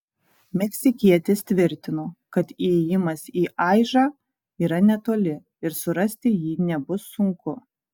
meksikietis tvirtino kad įėjimas į aižą yra netoli ir surasti jį nebus sunku